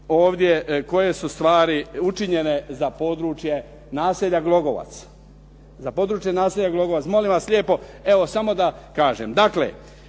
ovdje koje su stvari učinjene za područje naselja Glogovac. Za područje naselja Glogovac, molim vas lijep evo samo da kažem.